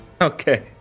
Okay